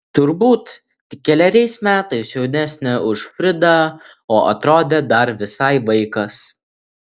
turbūt tik keleriais metais jaunesnė už fridą o atrodė dar visai vaikas